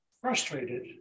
frustrated